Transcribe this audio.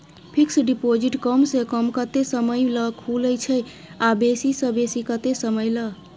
Fixed deposit कम स कम कत्ते समय ल खुले छै आ बेसी स बेसी केत्ते समय ल?